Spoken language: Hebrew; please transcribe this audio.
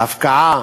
ההפקעה